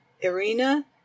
Irina